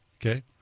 Okay